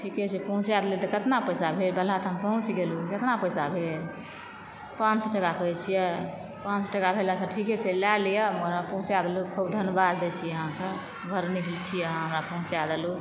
ठीकेछै पहुँचाए देलियै कितना पैसा भेल बलाह तऽ हम पहुँच गेलहुॅं कितना पैसा भेल पाँच सए टका कहै छियै पाँच सए टका भेले है अच्छा ठीके छै लऽ लियऽ मुदा पहुँचाबै लए खुब धन्यवाद दै छी अहाँके बड्ड ऋणी छी अहाँ हमरा पहुँचा देलहुॅं